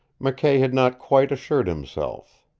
mckay had not quite assured himself.